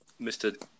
Mr